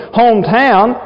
hometown